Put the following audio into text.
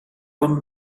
were